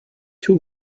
two